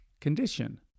condition